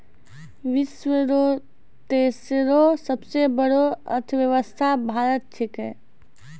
विश्व रो तेसरो सबसे बड़ो अर्थव्यवस्था भारत छिकै